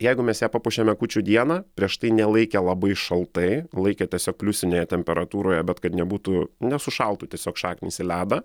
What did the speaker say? jeigu mes ją papuošiame kūčių dieną prieš tai nelaikę labai šaltai laikę tiesiog pliusinėje temperatūroje bet kad nebūtų nesušaltų tiesiog šaknys į ledą